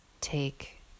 take